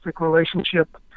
relationship